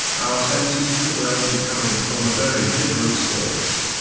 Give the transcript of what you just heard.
our senses could well be coming from a very different source.